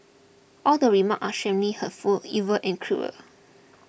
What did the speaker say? all the remarks are extremely hurtful evil and cruel